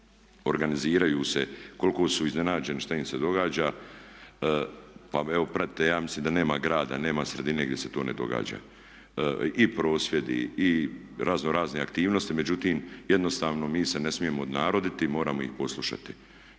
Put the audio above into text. organiziraju se, koliko su iznenađeni šta im se događa, pa evo pratite. Ja mislim da nema grada, nema sredine gdje se to ne događa i prosvjedi i razno razne aktivnosti. Međutim, jednostavno mi se ne smijemo odnaroditi. Moramo ih poslušati,